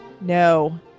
no